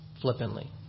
flippantly